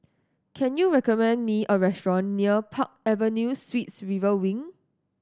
can you recommend me a restaurant near Park Avenue Suites River Wing